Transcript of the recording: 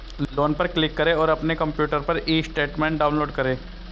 loan पर click करें और अपने कंप्यूटर पर ई स्टेटमेंट डाउनलोड करें